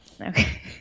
Okay